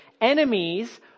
enemies